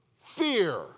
fear